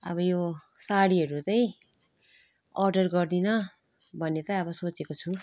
अब यो सारीहरू चाहिँ अर्डर गर्दिनँ भन्ने चाहिँ अब सेचेको छु